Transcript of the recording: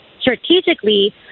strategically